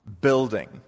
building